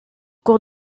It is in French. cours